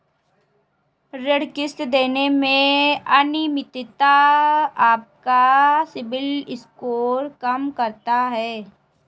ऋण किश्त देने में अनियमितता आपका सिबिल स्कोर कम करता है